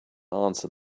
answer